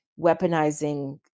weaponizing